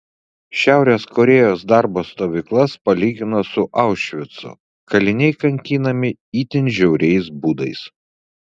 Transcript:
šiaurės korėjos darbo stovyklas palygino su aušvicu kaliniai kankinami itin žiauriais būdais